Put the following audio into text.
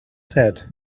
said